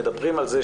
מדברים על זה,